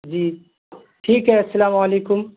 جی ٹھیک ہے السلام علیکم